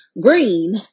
green